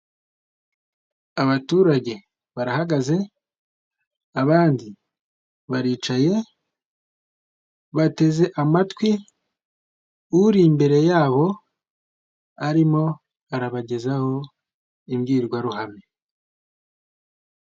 Abaturage barahagaze abandi baricaye bateze amatwi uri imbere yabo arimo arabagezaho imbwirwaruhame.